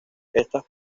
estas